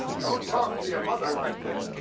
don't talk to your mother like that.